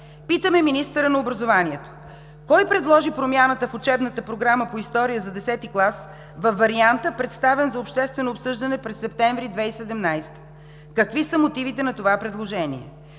Питаме министъра на образованието: кой предложи промяната в учебната програма по история за Х клас във варианта, представен за обществено обсъждане през септември 2017 г., какви са мотивите на това предложение?